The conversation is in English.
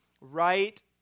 right